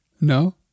No